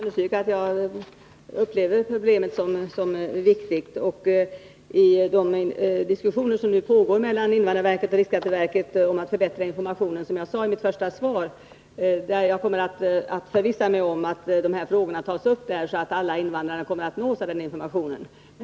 Herr talman! Jag vill än en gång understryka att jag upplever problemet som viktigt. I de diskussioner om att förbättra informationen som nu pågår mellan invandrarverket och riksskatteverket kommer jag, som jag sade i mitt första anförande, att förvissa mig om att man tar upp de här frågorna, så att alla invandrare kommer att nås av informationen.